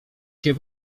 się